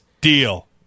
Deal